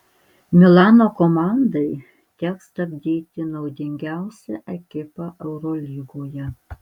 milano komandai teks stabdyti naudingiausią ekipą eurolygoje